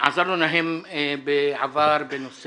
עזרנו להם בעבר כאשר